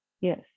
Yes